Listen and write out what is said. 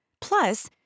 Plus